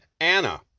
Anna